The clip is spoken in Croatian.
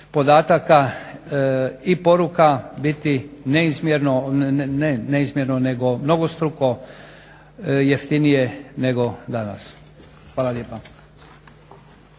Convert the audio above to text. i poruka biti mnogostruko jeftinije nego danas. Hvala lijepa.